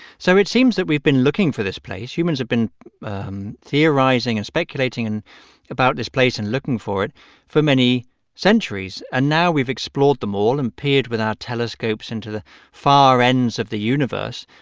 so it seems that we've been looking for this place. humans have been um theorizing and speculating about this place and looking for it for many centuries. and now we've explored them all and peered with our telescopes into the far ends of the universe.